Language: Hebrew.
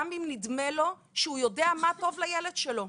גם אם הוא בטוח שהוא יודע מה טוב עבור הילד שלו.